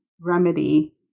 remedy